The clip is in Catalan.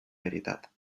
veritat